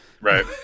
Right